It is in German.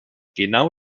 genau